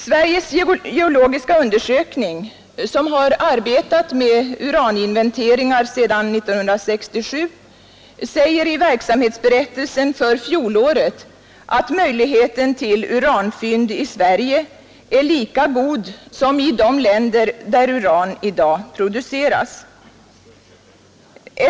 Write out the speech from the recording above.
Sveriges geologiska undersökning, som arbetat med uraninventeringar sedan 1967, säger i verksamhetsberättelsen för fjolåret att möjligheten till uranfynd i Sverige är lika god som i de länder där uran i dag produceras.